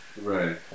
Right